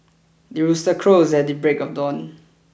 the rooster crows at the break of dawn